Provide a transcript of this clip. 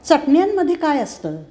चटण्यांमध्ये काय असतं